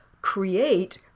create